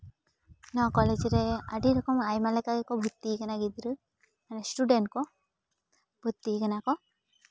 ᱱᱚᱣᱟ ᱠᱚᱞᱮᱡᱽ ᱨᱮ ᱟᱹᱰᱤ ᱨᱚᱠᱚᱢ ᱟᱭᱢᱟ ᱞᱮᱠᱟ ᱜᱮᱠᱚ ᱵᱷᱚᱨᱛᱤ ᱠᱟᱱᱟ ᱜᱤᱫᱽᱨᱟᱹ ᱢᱟᱱᱮ ᱤᱥᱴᱩᱰᱮᱱᱴ ᱠᱚ ᱵᱷᱚᱨᱛᱤ ᱠᱟᱱᱟ ᱠᱚ